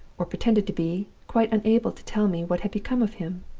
or pretended to be, quite unable to tell me what had become of him.